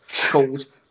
called